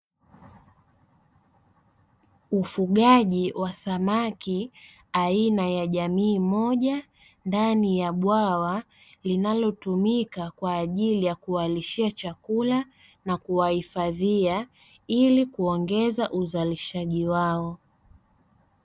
Ufugaji wa samaki aina ya jamii moja ndani ya bwawa linalotumika kwa ajili ya kuwalishia chakula na kuwahifadhia ili kuongeza uzalishaji wao.